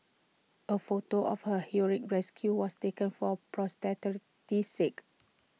A photo of her heroic rescue was taken for posterity's sake